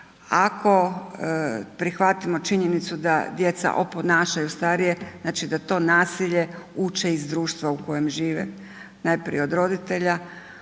Ako prihvatimo činjenicu, da djeca oponašaju starije, znači da to nasilje, uče iz društva u kojem žive, najprije od roditelja,